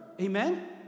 Amen